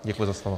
Děkuji za slovo.